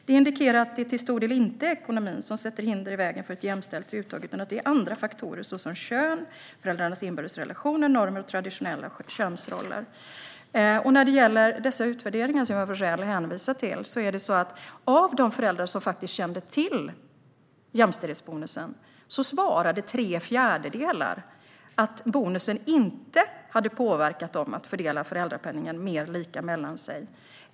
Det indikerar att det till stor del inte är ekonomin som sätter hinder i vägen för ett jämställt uttag utan att det är andra faktorer såsom kön, föräldrarnas inbördes relationer, normer och traditionella könsroller. Johan Forssell hänvisar till utvärderingar. De visar att av de föräldrar som faktiskt kände till jämställdhetsbonusen svarade tre fjärdedelar att bonusen inte hade påverkat dem att fördela föräldrapenningen mer lika mellan sig.